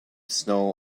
snow